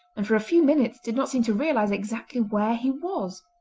and for a few minutes did not seem to realise exactly where he was.